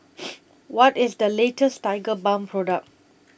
What IS The latest Tigerbalm Product